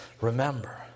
Remember